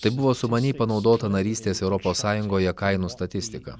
tai buvo sumaniai panaudota narystės europos sąjungoje kainų statistika